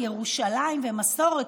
ירושלים ומסורת,